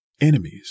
enemies